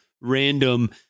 random